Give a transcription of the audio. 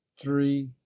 three